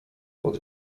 pod